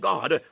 God